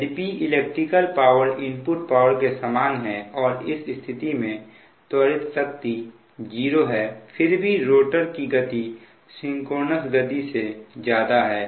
यद्यपि electrical power input power के समान है और इस स्थिति में त्वरित शक्ति 0 है फिर भी रोटर की गति सिंक्रोनस गति से ज्यादा है